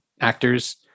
actors